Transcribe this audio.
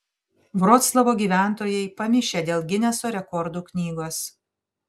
vroclavo gyventojai pamišę dėl gineso rekordų knygos